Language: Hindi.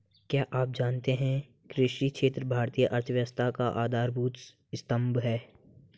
क्या आप जानते है कृषि क्षेत्र भारतीय अर्थव्यवस्था का आधारभूत स्तंभ है?